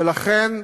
ולכן,